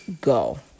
go